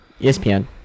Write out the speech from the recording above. ESPN